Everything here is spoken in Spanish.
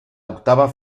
octava